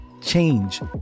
change